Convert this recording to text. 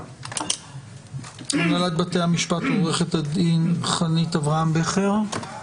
מהנהלת בתי המשפט עו"ד חנית אברהם בכר,